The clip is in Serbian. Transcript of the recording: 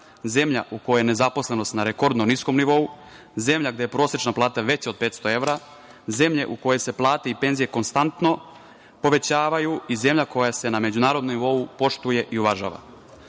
zemlja u kojoj je nezaposlenost na rekordno niskom nivou, zemlja gde je prosečna plata veća od 500 evra, zemlja u kojoj se plate i penzije konstantno povećavaju i zemlja koja se na međunarodnom nivou poštuje i uvažava. Sam